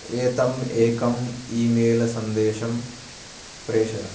एतम् एकम् email सन्देशं प्रेषय